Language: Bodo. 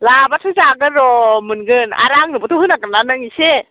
लाबआथ' जागोन र' मोनगोन आरो आंनोबोथ' होनांगोन नों एसे